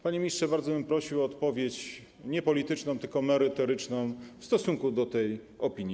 Panie ministrze, bardzo bym prosił o odpowiedź - nie polityczną, tylko merytoryczną - w odniesieniu do tej opinii.